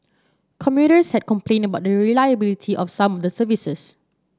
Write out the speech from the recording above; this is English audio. commuters had complained about the reliability of some of the services